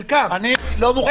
חלקם --- אני לא מוכן.